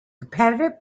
competitive